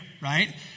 right